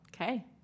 Okay